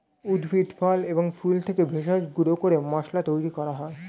উদ্ভিদ, ফল এবং ফুল থেকে ভেষজ গুঁড়ো করে মশলা তৈরি করা হয়